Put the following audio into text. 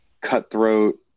cutthroat